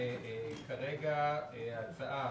כרגע ההצעות